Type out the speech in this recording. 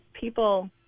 people